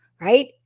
right